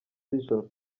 z’ijoro